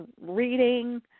reading